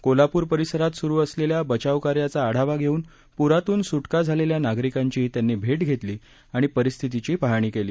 कोल्हापूर परिसरात सुरु असलेल्या बचावकार्याचा आढावा घेऊन पुरातून सुटका झालेल्या नागरिकांचीही त्यांनी भेट घेतली आणि परिस्थितीची पाहणी केली